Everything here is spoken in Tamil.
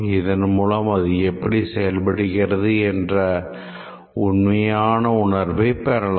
இதன்மூலம் அது எப்படி செயல்படுகிறது என்ற உண்மையான உணர்வை பெறலாம்